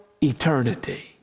eternity